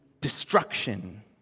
destruction